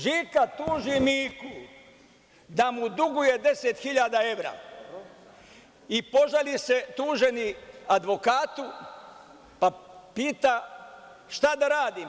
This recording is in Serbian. Žika tuži Miku da mu duguje 10.000 evra i požali se tuženi advokatu pa pita šta da radi.